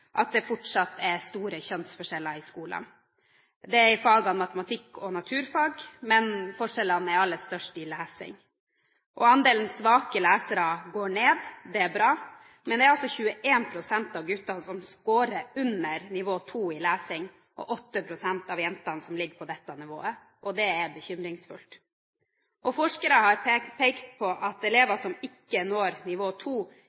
at det fortsatt er store kjønnsforskjeller i skolen når det gjelder fagene matematikk og naturfag, men forskjellen er aller størst i lesing. Andelen svake lesere går ned. Det er bra. Men det er altså 21 pst. av guttene som scorer under nivå 2 i lesing, og 8 pst. av jentene som ligger på dette nivået. Det er bekymringsfullt. Forskere har pekt på at elever som ikke når nivå